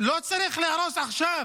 לא צריך להרוס עכשיו.